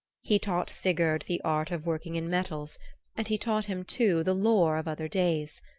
he taught sigurd the art of working in metals and he taught him, too, the lore of other days.